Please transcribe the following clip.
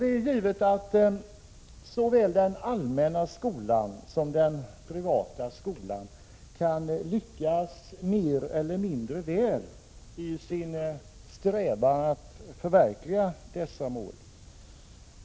Det är givet att såväl den allmänna skolan som den privata skolan kan lyckas mer eller mindre väl i sin strävan att förverkliga dessa mål.